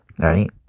Right